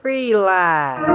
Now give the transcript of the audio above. Relax